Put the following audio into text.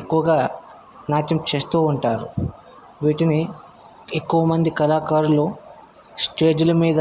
ఎక్కువగా నాట్యం చేస్తూ ఉంటారు వీటిని ఎక్కువమంది కళాకారులు స్టేజ్ల మీద